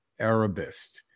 Arabist